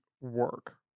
work